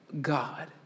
God